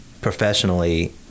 professionally